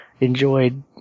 Enjoyed